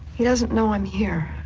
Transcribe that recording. he doesn't know i'm here